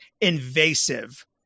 invasive